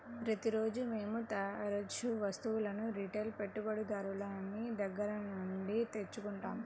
ప్రతిరోజూ మేము తరుచూ వస్తువులను రిటైల్ పెట్టుబడిదారుని దగ్గర నుండి తెచ్చుకుంటాం